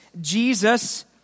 Jesus